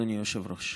אדוני היושב-ראש,